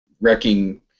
wrecking